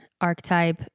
archetype